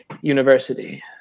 university